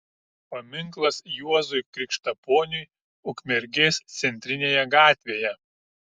paminklas juozui krikštaponiui ukmergės centrinėje gatvėje